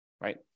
Right